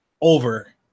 over